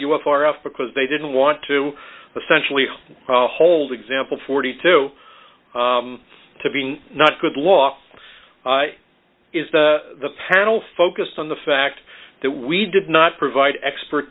you were far off because they didn't want to essentially hold example forty two to being not good law is the panel focused on the fact that we did not provide expert